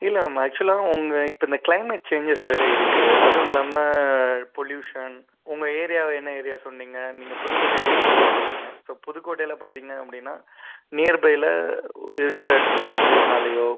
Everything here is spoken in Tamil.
இல்லை மேம் ஆக்ஷுவலாக உங்கள் இப்போ இந்த க்ளைமேட் சேஞ்சஸ் வேறு இருக்கு அதுவும் இல்லாமல் பொல்யூஷன் உங்கள் ஏரியா என்ன ஏரியா சொன்னீங்க நீங்கள் புதுக்கோட்டையில் இருக்கீங்கன்னு சொன்னீங்க ஸோ புதுக்கோட்டையில் பார்த்தீங்க அப்படின்னா நியர் பைல இருக்கிற ஃபேக்ட்ரீஸ்னாலையோ